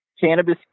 cannabis